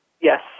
Yes